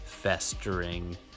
festering